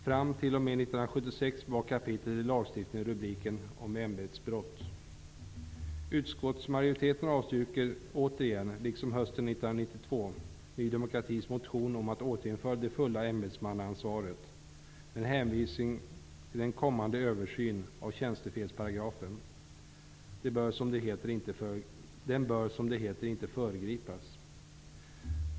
Fram t.o.m. 1992, Ny demokratis motion om att återinföra det fulla ämbetsmannaansvaret, med hänvisning till en kommande översyn av tjänstefelsparagrafen. Den bör, som det heter, inte föregripas.